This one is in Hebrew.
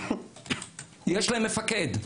יש להם מפקד.